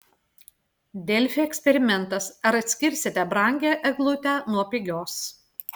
delfi eksperimentas ar atskirsite brangią eglutę nuo pigios